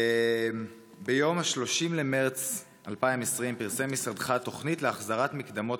ביום 30 במרץ 2020 פרסם משרדך תוכנית להחזרת מקדמות